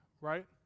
right